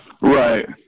Right